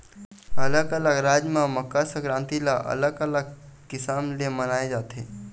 अलग अलग राज म मकर संकरांति ल अलग अलग किसम ले मनाए जाथे